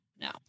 no